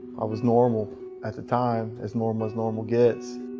i was normal at the time. as normal as normal gets.